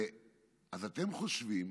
אז אתם חושבים